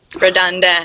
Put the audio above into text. redundant